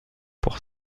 pour